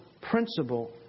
principle